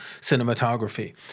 cinematography